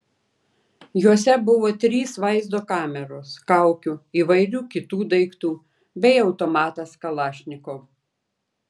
juose buvo trys vaizdo kameros kaukių įvairių kitų daiktų bei automatas kalašnikov